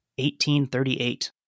1838